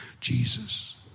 Jesus